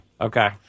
Okay